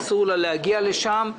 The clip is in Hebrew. אסור לה להגיע לשם,